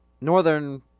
Northern